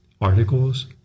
articles